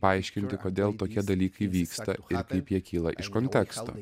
paaiškinti kodėl tokie dalykai vyksta ir kaip jie kyla iš konteksto